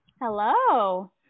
Hello